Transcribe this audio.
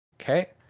okay